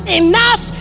enough